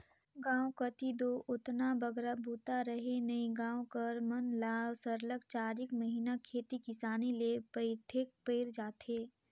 गाँव कती दो ओतना बगरा बूता रहें नई गाँव कर मन ल सरलग चारिक महिना खेती किसानी ले पइठेक पइर जाथे